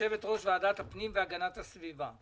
יושבת-ראש ועדת הפנים והגנת הסביבה.